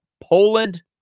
Poland